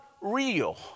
real